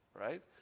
right